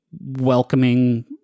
welcoming